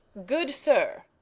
good sir,